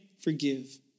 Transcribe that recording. forgive